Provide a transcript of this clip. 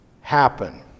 happen